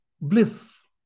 bliss